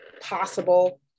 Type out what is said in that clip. possible